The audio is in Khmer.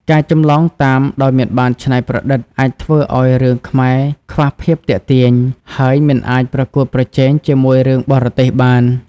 ការចម្លងតាមដោយមិនបានច្នៃប្រឌិត អាចធ្វើឲ្យរឿងខ្មែរខ្វះភាពទាក់ទាញ ហើយមិនអាចប្រកួតប្រជែងជាមួយរឿងបរទេសបាន។